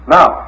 Now